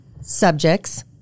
subjects